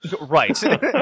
Right